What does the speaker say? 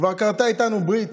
כבר כרתה איתנו ברית,